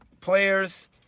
players